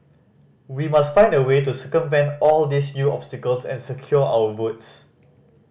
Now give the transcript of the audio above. we must find a way to circumvent all these new obstacles and secure our votes